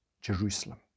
jerusalem